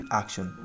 action